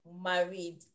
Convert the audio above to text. married